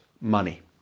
money